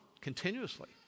continuously